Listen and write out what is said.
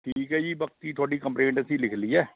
ਠੀਕ ਹੈ ਜੀ ਬਾਕੀ ਤੁਹਾਡੀ ਕੰਪਲੇਂਟ ਅਸੀਂ ਲਿਖ ਲਈ ਹੈ